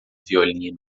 violino